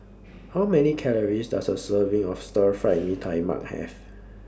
How Many Calories Does A Serving of Stir Fried Mee Tai Mak Have